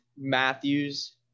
Matthews